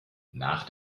nach